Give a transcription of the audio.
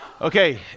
Okay